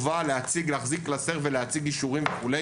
מהחובה להחזיק קלסר ולהציג אישורים וכולי